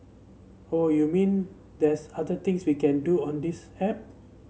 oh you mean there's other things we can do on this app